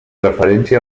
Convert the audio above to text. referència